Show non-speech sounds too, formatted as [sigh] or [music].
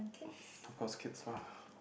[breath] of course kids lah [breath]